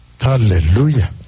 Hallelujah